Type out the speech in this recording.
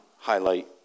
highlight